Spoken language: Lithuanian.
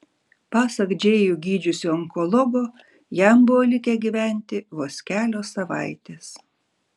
pasak džėjų gydžiusio onkologo jam buvo likę gyventi vos kelios savaitės